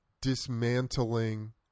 dismantling